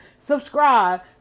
subscribe